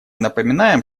напоминаем